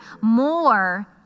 more